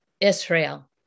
Israel